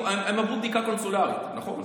הם עברו בדיקה קונסולרית, נכון.